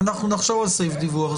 אנחנו נחשוב על סעיף דיווח.